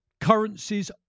currencies